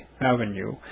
Avenue